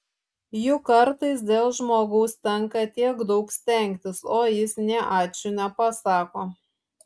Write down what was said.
juk kartais dėl žmogaus tenka tiek daug stengtis o jis nė ačiū nepasako